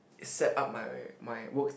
set up my my worked